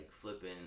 flipping